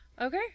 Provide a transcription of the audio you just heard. Okay